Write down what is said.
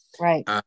Right